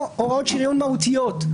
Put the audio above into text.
או הוראות שריון מהותיות,